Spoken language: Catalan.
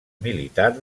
militar